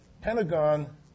Pentagon